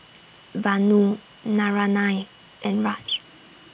Vanu Naraina and Raj